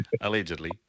Allegedly